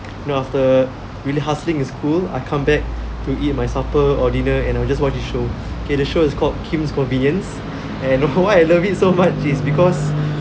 you know after really hustling in school I come back to eat my supper or dinner and I'll just watch this show okay the show is called kim's convenience and know I love it so much is because